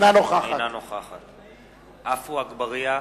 רוחמה אברהם-בלילא, אינה נוכחת עפו אגבאריה,